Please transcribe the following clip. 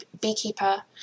beekeeper